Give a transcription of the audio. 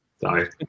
Sorry